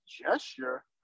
gesture